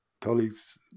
colleagues